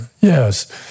Yes